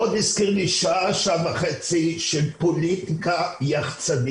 מאוד מזכיר לי שעה, שעה וחצי של פוליטיקה יחצ"נית.